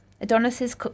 Adonis's